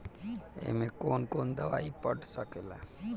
ए में कौन कौन दवाई पढ़ सके ला?